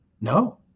no